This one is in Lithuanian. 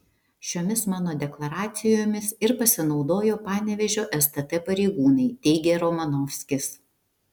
šiomis mano deklaracijomis ir pasinaudojo panevėžio stt pareigūnai teigė romanovskis